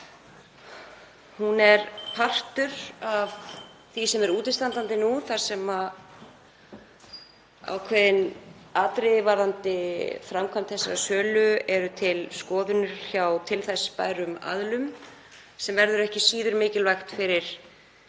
Hún er partur af því sem nú er útistandandi, þar sem ákveðin atriði varðandi framkvæmd þessarar sölu eru til skoðunar hjá þar til bærum aðilum sem verður ekki síður mikilvægt fyrir